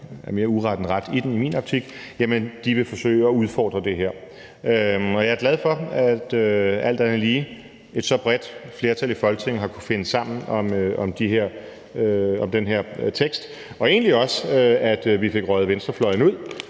er mere uret end ret i den i min optik – vil forsøge at udfordre det her. Jeg er alt andet lige glad for, at et så bredt flertal i Folketinget har kunnet finde sammen om den her vedtagelsestekst og egentlig også for, at vi fik røget venstrefløjen ud